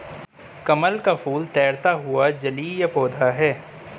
कमल का फूल तैरता हुआ जलीय पौधा है